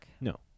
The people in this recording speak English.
no